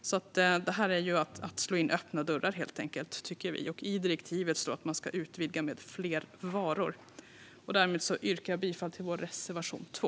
Så detta är helt enkelt att slå in öppna dörrar, tycker vi. I direktivet står det att man ska utvidga med fler varor. Därmed yrkar jag bifall till vår reservation 2.